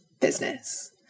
business